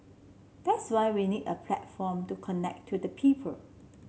that's why we need a platform to connect to the people